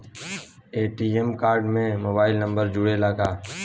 ATM card में mobile number जुरेला का?